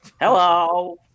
Hello